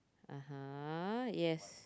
(uh huh) yes